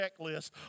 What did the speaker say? checklist